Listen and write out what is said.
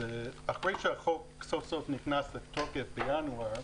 אחרי שהחוק נכנס סוף סוף לתוקף בינואר,